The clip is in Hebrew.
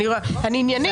אני עניינית.